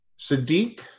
Sadiq